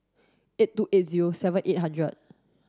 eight two eight zero seven eight hundred